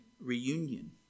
reunion